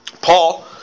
Paul